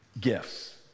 gifts